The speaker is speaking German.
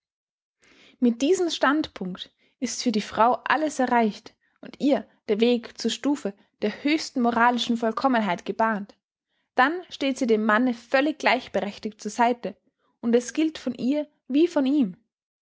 mit diesem standpunkt ist für die frau alles erreicht und ihr der weg zur stufe der höchsten moralischen vollkommenheit gebahnt dann steht sie dem manne völlig gleichberechtigt zur seite und es gilt von ihr wie von ihm